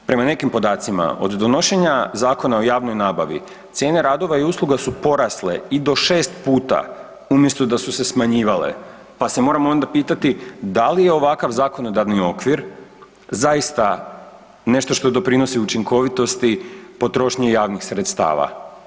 Prema nekim podacima od donošenja Zakona o javnoj nabavi, cijene radove i usluga su porasle i do 6 puta, umjesto da su se smanjivale, pa se moramo onda pitati da li je ovakav zakonodavni okvir zaista nešto što doprinos učinkovitosti potrošnji javnih sredstava.